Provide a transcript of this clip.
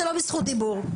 אתה לא בזכות דיבור.